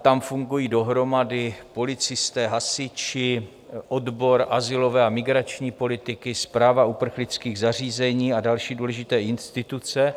Tam fungují dohromady policisté, hasiči, odbor azylové a migrační politiky, správa uprchlických zařízení a další důležité instituce.